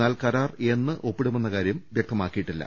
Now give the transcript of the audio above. എന്നാൽ കരാർ എന്ന് ഒപ്പിടുമെന്ന കാര്യം വൃക്തമാക്കിയിട്ടില്ല